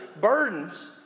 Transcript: burdens